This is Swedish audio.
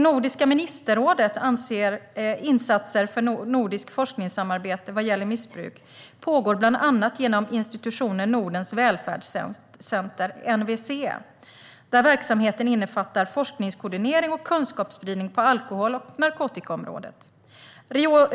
Nordiska ministerrådets insatser för nordiskt forskningssamarbete vad gäller missbruk pågår bland annat genom institutionen Nordens välfärdscenter, NVC, där verksamheten innefattar forskningskoordinering och kunskapsspridning på alkohol och narkotikaområdet.